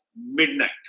midnight